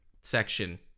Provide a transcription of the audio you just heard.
section